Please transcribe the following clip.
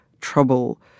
trouble